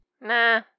Nah